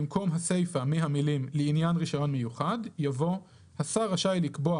במקום הסיפה מהמילים "לעניין רישיון מיוחד" יבוא "השר רשאי לקבוע,